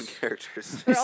characters